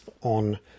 on